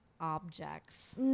Objects